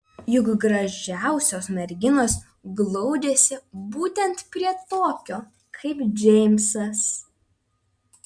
juk gražiausios merginos glaudžiasi būtent prie tokio kaip džeimsas